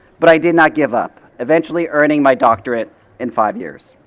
but i did not give up, eventually earning my doctorate in five years.